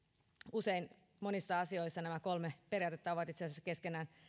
usein monissa asioissa nämä kolme periaatetta ovat itse asiassa keskenään